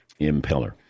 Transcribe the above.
Impeller